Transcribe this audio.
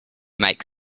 make